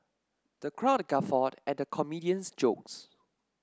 the crowd guffawed at the comedian's jokes